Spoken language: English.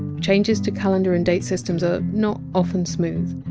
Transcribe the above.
changes to calendar and date systems are not often smooth,